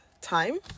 time